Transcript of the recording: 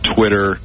Twitter